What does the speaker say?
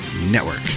network